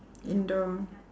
indoor